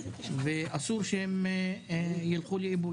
ואסור שהם ילכו לאיבוד.